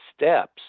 steps